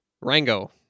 Rango